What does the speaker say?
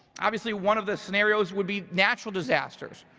obviously, one of the scenarios would be natural disasters.